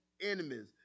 enemies